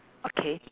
okay